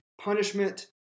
punishment